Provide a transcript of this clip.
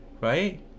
Right